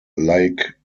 lake